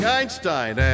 Einstein